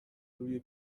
روی